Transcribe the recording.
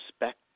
respect